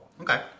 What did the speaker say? Okay